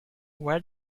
where